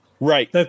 right